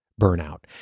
burnout